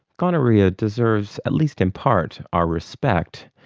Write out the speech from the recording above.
gonorrhoea deserves, at least in part, our respect,